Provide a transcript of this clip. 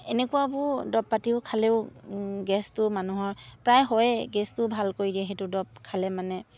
এনেকুৱাবোৰ দৰব পাতিও খালেও গেছটো মানুহৰ প্ৰায় হয়ে গেছটোও ভাল কৰি দিয়ে সেইটো দৰব খালে মানে